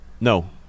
no